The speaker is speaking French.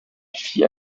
fille